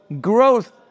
growth